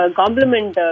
compliment